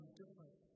different